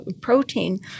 Protein